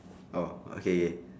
oh okay K